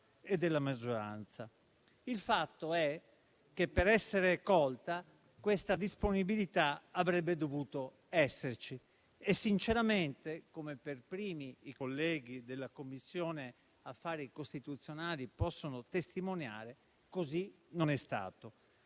e della maggioranza. Il fatto è che, per essere colta, questa disponibilità avrebbe dovuto esserci e sinceramente - come per primi i colleghi della Commissione affari costituzionali possono testimoniare - così non è stato.